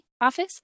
office